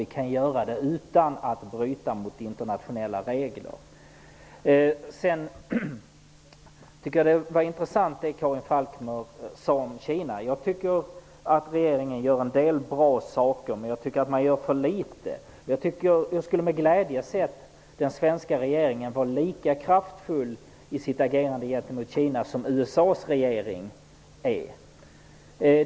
Vi kan göra det utan att bryta mot internationella regler. Det Karin Falkmer sade om Kina var intressant. Regeringen gör en del bra saker, men den gör för litet. Jag skulle med glädje ha sett den svenska regeringen vara lika kraftfull i agerandet gentemot Kina som USA:s regering är.